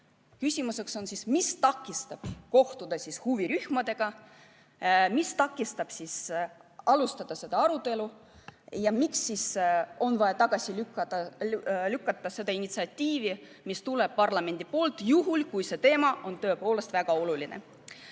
Küsimus on, mis takistab kohtuda huvirühmadega, mis takistab alustada seda arutelu ja miks on vaja tagasi lükata initsiatiivi, mis tuleb parlamendist, juhul kui see teema on tõepoolest väga oluline.